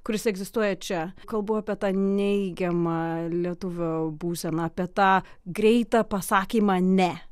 kuris egzistuoja čia kalbu apie tą neigiamą lietuvio būseną apie tą greitą pasakymą ne